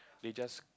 they just